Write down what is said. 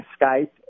Skype